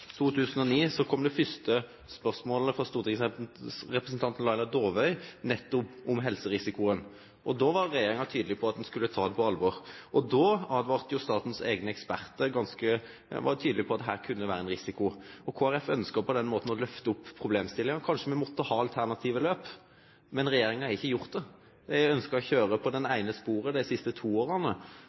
2009 kom svaret på det første spørsmålet, fra stortingsrepresentant Laila Dåvøy, om nettopp helserisikoen. Da var regjeringen tydelig på at en skulle ta det på alvor. Da advarte statens egne eksperter og var tydelige på at her kunne det være en risiko. Kristelig Folkeparti ønsket på den måten å løfte opp problemstillingen – kanskje vi måtte ha alternative løp? Men regjeringen har ikke gjort noe med det. De har ønsket å kjøre på det ene sporet de siste to årene.